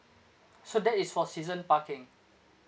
so that is for season parking